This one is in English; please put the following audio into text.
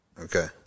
Okay